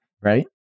right